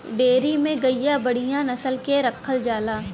dairy में गइया बढ़िया नसल के रखल जाला